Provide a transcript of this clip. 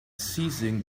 seizing